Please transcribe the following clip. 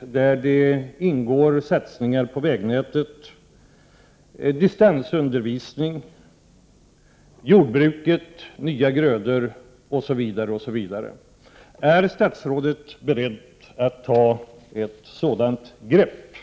där det ingår satsningar på 37 vägnätet, distansundervisning, jordbruket, nya grödor osv. Är statsrådet beredd att ta ett sådant grepp?